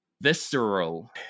visceral